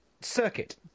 circuit